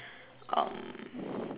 um